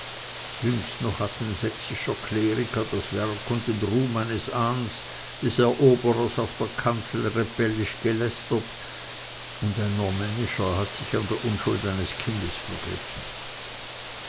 jüngst noch hat ein sächsischer kleriker das werk und den ruhm meines ahns des eroberers auf der kanzel rebellisch gelästert und ein normännischer sich an der unschuld eines kindes vergriffen